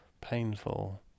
painful